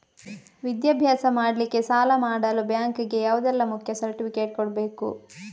ವಿದ್ಯಾಭ್ಯಾಸ ಮಾಡ್ಲಿಕ್ಕೆ ಸಾಲ ಮಾಡಲು ಬ್ಯಾಂಕ್ ಗೆ ಯಾವುದೆಲ್ಲ ಮುಖ್ಯ ಸರ್ಟಿಫಿಕೇಟ್ ಕೊಡ್ಬೇಕು?